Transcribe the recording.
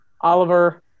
Oliver